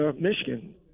Michigan